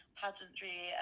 pageantry